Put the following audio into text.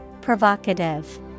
Provocative